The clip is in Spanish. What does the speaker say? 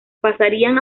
pasarían